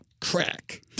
Crack